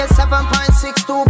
7.62